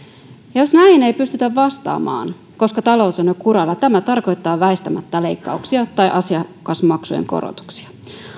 jos näihin ei pystytä vastaamaan koska talous on jo kuralla tämä tarkoittaa väistämättä leikkauksia tai asiakasmaksujen korotuksia